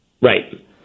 Right